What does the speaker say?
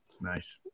nice